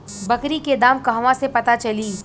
बकरी के दाम कहवा से पता चली?